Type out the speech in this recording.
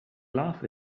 laugh